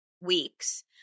weeks